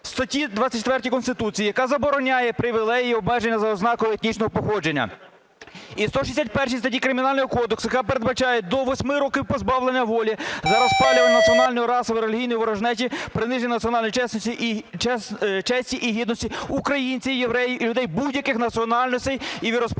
статті 24 Конституції, яка забороняє привілеї чи обмеження за ознакою етнічного походження, і 161 статті Кримінального кодексу, яка передбачає до 8 років позбавлення волі за розпалювання національної, расової, релігійної ворожнечі, приниження національної честі та гідності українців, євреїв і людей будь-яких національностей і віросповідань